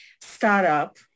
startup